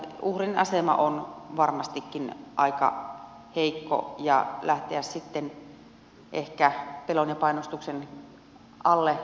uhrin asema on varmastikin aika heikko lähteä sitten pelon ja painostuksen alta peräämään niitä oikeuksiaan